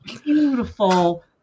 beautiful